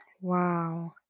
Wow